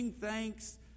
thanks